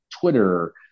twitter